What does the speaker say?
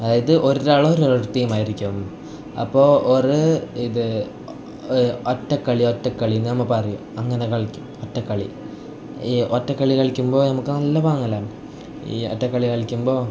അതായത് ഒരാൾ ഒരു ടീം ആയിരിക്കും അപ്പോൾ ഒരേ ഇത് ഒറ്റക്കളി ഒറ്റക്കളി എന്ന് നമ്മൾ പറയും അങ്ങനെ കളിക്കും ഒറ്റക്കളി ഈ ഒറ്റക്കളി കളിക്കുമ്പോൾ നമുക്ക് നല്ല പാങ്ങലാണ് ഈ ഒറ്റക്കളി കളിക്കുമ്പോൾ